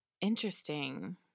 Interesting